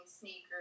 sneakers